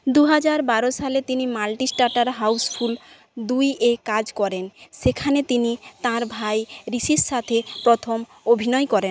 দু হাজার বারো সালে তিনি মাল্টিস্টার্টার হাউসফুল দুই এ কাজ করেন সেখানে তিনি তাঁর ভাই ঋষির সাথে প্রথম অভিনয় করেন